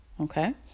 Okay